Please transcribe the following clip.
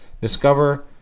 discover